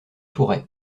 tourret